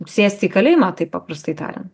sėst į kalėjimą taip paprastai tariant